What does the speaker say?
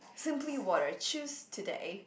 Simply Water choose today